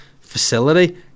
Facility